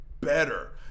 better